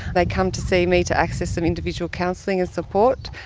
they come to see me to access some individual counselling and support,